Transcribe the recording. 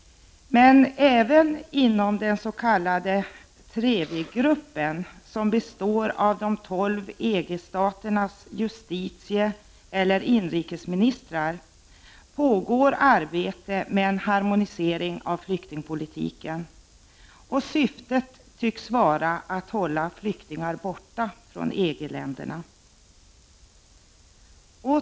Även inom den s.k. TREVI-gruppen, som består av de tolv EG-staternas justitieeller inrikesministrar, pågår arbete med en harmonisering av flyktingpolitiken. Syftet tycks vara att hålla flyktingar borta från EG-länderna.